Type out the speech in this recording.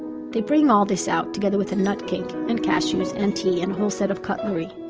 they bring all this out, together with a nut cake, and cashews, and tea, and a whole set of cutlery.